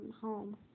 home